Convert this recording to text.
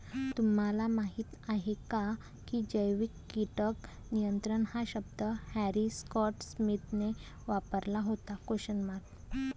तुम्हाला माहीत आहे का की जैविक कीटक नियंत्रण हा शब्द हॅरी स्कॉट स्मिथने वापरला होता?